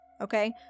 Okay